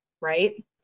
right